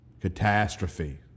Catastrophe